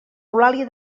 eulàlia